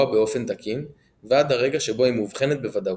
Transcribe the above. באופן תקין ועד הרגע שבו היא מאובחנת בוודאות.